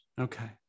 Okay